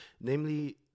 namely